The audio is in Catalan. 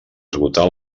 esgotar